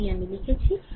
এটিই আমি লিখেছি